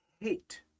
hate